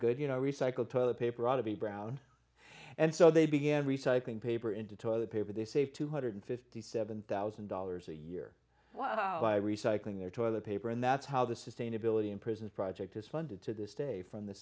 good you know recycled toilet paper ought to be brown and so they began recycling paper into toilet paper they saved two hundred and fifty seven thousand dollars a year by recycling their toilet paper and that's how the sustainability in prisons project is funded to this day from the